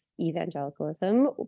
evangelicalism